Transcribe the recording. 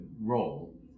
role